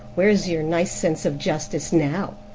where's your nice sense of justice now?